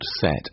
set